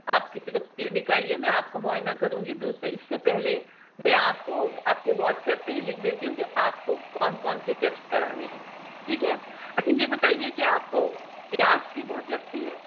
آپ کسی وقت کلینک آئیے میں آپ کو معائنہ کروں گی دوسرے اس سے پہلے میں آپ کو آپ کے واٹس ایپ پہ ہی لکھ دیتی ہوں کہ آپ کو کون کون سے ٹیسٹ کرانے ہیں ٹھیک ہے اچھا یہ بتائیے کہ آپ کو پیاس بھی بہت لگتی ہے